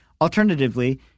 Alternatively